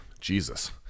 jesus